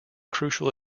crucial